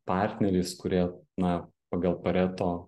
partneriais kurie na pagal pareto